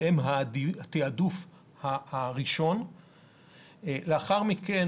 שהם התיעדוף הראשון; לאחר מכן,